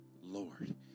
Lord